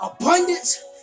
abundance